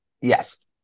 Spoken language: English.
Yes